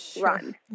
run